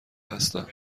هستم